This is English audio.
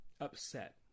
upset